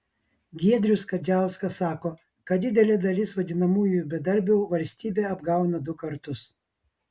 giedrius kadziauskas sako kad didelė dalis vadinamųjų bedarbių valstybę apgauna du kartus